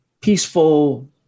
peaceful